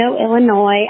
Illinois